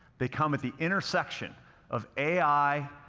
they come at the intersection of ai,